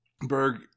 Berg